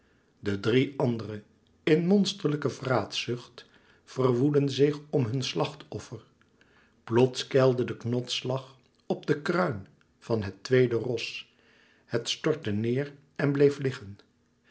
de drie andere in monsterlijke vraatzucht verwoedden zich om hun slachtoffer plots keilde de knotsslag op den kruin van het tweede ros het stortte neêr en bleef liggen